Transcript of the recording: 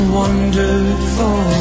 wonderful